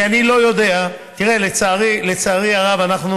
לצערי הרב,